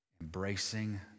embracing